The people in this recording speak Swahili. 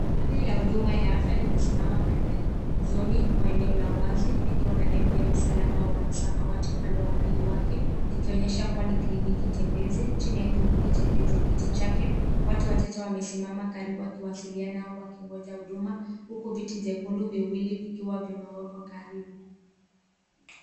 Gari la huduma ya afya limesimama pembezoni mwa eneo la wazi likiwa na nembo ya msalaba wa samawati upande wa pili wake ikionyesha kuwa ni kliniki tembezi chini ya kivuli cha kizingiti chake. Watu wachache wamesimama karibu wakiwasiliana au wakingoja huduma huku viti vyekundu viwili vikiwa vimewekwa karibu.